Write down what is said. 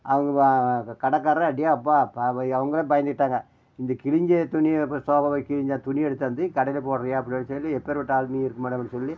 அவங்க கடைக்காரரே டேய் அப்பா அவங்களே பயந்துட்டாங்க இந்த கிழிஞ்ச துணியை சோபாவை கிழிஞ்சு துணியை எடுத்தாந்து கடையில் போடுறீயா அப்படின்னு சொல்லி எப்பேர்பட்ட ஆள் நீ சொல்லி